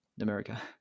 America